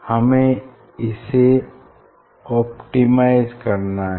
हमें इसे ऑप्टिमाइज करना है